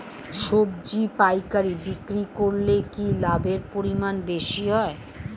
সবজি পাইকারি বিক্রি করলে কি লাভের পরিমাণ বেশি হয়?